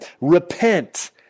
Repent